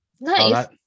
nice